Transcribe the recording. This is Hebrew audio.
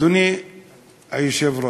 אדוני היושב-ראש,